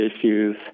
issues